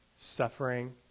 Suffering